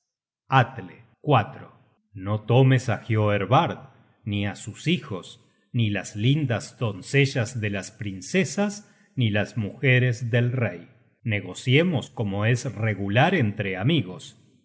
atle no tomes á hioervard ni á sus hijos ni las lindas doncellas de las princesas ni las mujeres del rey negociemos como es regular entre amigos